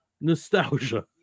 nostalgia